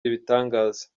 ibitangaza